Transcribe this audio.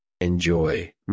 Enjoy